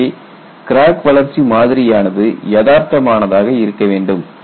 எனவே கிராக் வளர்ச்சி மாதிரியானது யதார்த்தமானதாக இருக்க வேண்டும்